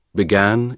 began